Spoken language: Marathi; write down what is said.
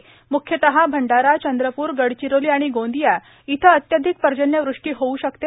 म्ख्यतः भंडारा चंद्रपूर गडचिरोली आणि गोंदिया इथं अत्याधिक पर्जन्यवृष्टी होऊ शकते